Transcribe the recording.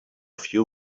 few